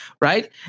right